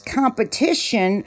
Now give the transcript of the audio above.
competition